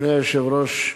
אדוני היושב-ראש,